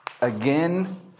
again